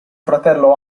fratello